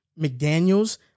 McDaniels